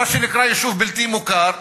מה שנקרא "יישוב בלתי מוכר",